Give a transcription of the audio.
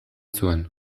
zuen